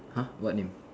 !huh! what name